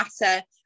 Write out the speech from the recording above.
matter